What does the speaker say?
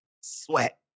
sweat